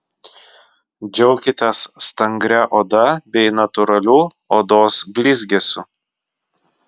džiaukitės stangria oda bei natūraliu odos blizgesiu